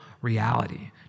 reality